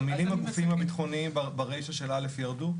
המילים 'הגופים הביטחוניים' ברישה ירדו?